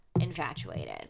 infatuated